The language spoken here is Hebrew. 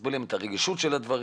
להסביר להם את הרגישות של הדברים.